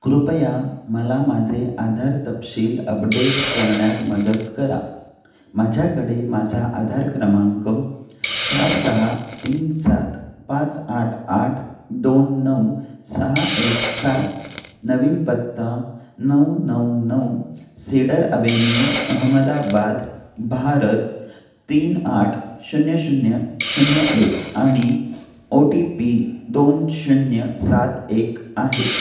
कृपया मला माझे आधार तपशील अपडेट करण्यात मदत करा माझ्याकडे माझा आधार क्रमांक चार सहा तीन सात पाच आठ आठ दोन नऊ सहा एक सात नवीन पत्ता नऊ नऊ नऊ सीडर अवेहेन्यू अहमदाबाद भारत तीन आठ शून्य शून्य शून्य एक आणि ओ टी पी दोन शून्य सात एक आहे